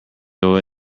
throw